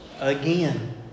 again